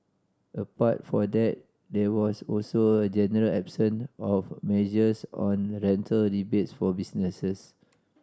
apart for that there was also a general absence of measures on rental rebates for businesses